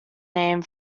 name